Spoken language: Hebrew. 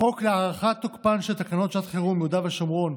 החוק להארכת תוקפן של תקנות שעת חירום (יהודה והשומרון,